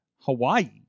Hawaii